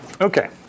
Okay